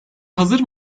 hazır